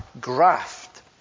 graft